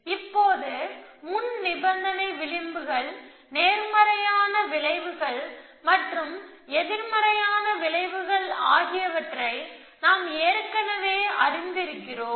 இப்போது முன் நிபந்தனை விளிம்புகள் நேர்மறையான விளைவுகள் மற்றும் எதிர்மறையான விளைவுகள் ஆகியவற்றை நாம் ஏற்கனவே அறிந்திருக்கிறோம்